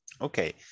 okay